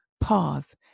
pause